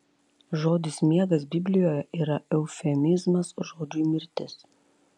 žodis miegas biblijoje yra eufemizmas žodžiui mirtis